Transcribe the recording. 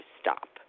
stop